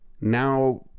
Now